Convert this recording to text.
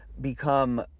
become